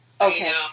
Okay